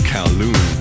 Kowloon